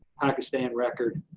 pakistan record,